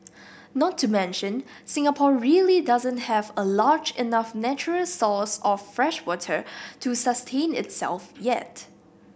not to mention Singapore really doesn't have a large enough natural source of freshwater to sustain itself yet